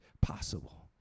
possible